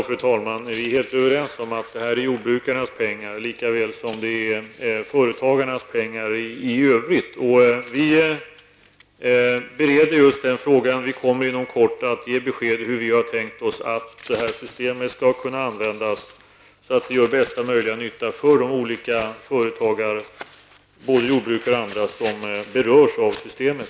Fru talman! Vi är helt överens om att det är jordbrukarnas pengar likaväl som det är företagarnas pengar i övrigt. Vi bereder just den frågan och kommer inom kort att ge besked om hur vi har tänkt oss att systemet skall kunna användas så att det görs största möjliga nytta för de företagare, både jordbrukare och andra, som berörs av systemet.